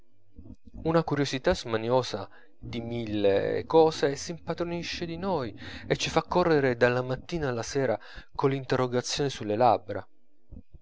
una curiosità smaniosa di mille cose s'impadronisce di noi e ci fa correre dalla mattina alla sera coll'interrogazione sulle labbra